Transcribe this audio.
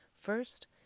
First